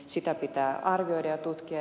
sitä pitää arvioida ja tutkia